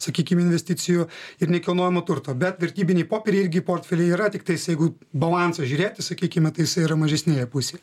sakykim investicijų ir nekilnojamo turto bet vertybiniai popieriai irgi portfelyje yra tiktais jeigu balanso žiūrėti sakykime tai jisai yra mažesnėje pusėje